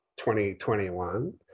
2021